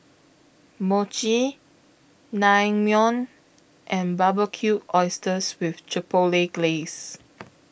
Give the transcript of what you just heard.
Mochi Naengmyeon and Barbecued Oysters with Chipotle Glaze